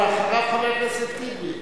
אחריו, חבר הכנסת טיבי.